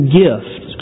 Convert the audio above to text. gift